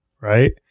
right